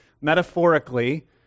metaphorically